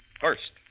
first